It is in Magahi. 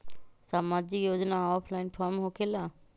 समाजिक योजना ऑफलाइन फॉर्म होकेला?